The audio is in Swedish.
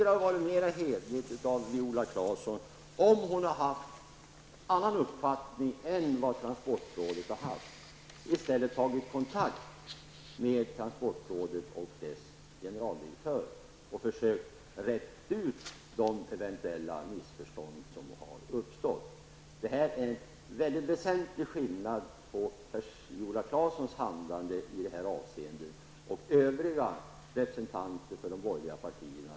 Det hade varit mera hederligt av Viola Claesson att i stället ha tagit kontakt med transportrådet och dess generaldirektör och försökt reda ut de eventuella missförstånd som uppstått. Det är alltså en väsentlig skillnad på Viola Claessons handlande i detta avseende och övriga kritikers som representerar de borgerliga partierna.